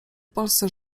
polsce